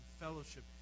fellowship